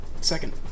Second